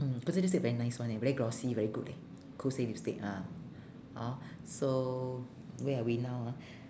mm kose lipstick very nice [one] leh very glossy very good leh kose lipstick ah hor so where are we now ah